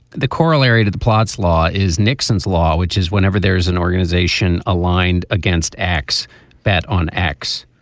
the choral area to the plots law is nixon's law which is whenever there is an organization aligned against acts that on x.